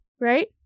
Right